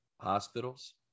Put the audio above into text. hospitals